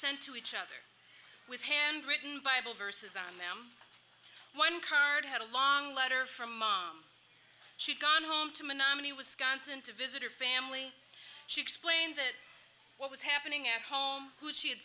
sent to each other with handwritten bible verses on them one card had a long letter from mom she'd gone home to menominee wisconsin to visit her family she explained that what was happening at home who she had